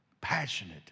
passionate